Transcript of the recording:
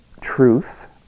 truth